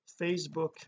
Facebook